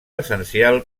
essencial